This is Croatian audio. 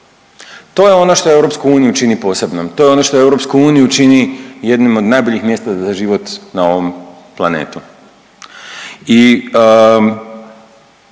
To je ono što EU čini posebnom, to je ono što EU čini jednim od najboljih mjesta za život na ovom planetu. I